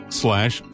slash